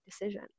decision